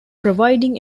providing